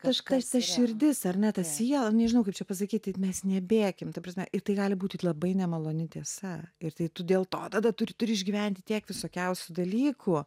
kažkas ta širdis ar ne ta siela nežinau kaip čia pasakyti mes nebėkim ta prasme ir tai gali būti labai nemaloni tiesa ir tai tu dėl to tada turi turi išgyventi tiek visokiausių dalykų